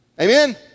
Amen